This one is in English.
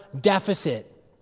deficit